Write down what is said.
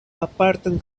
apartan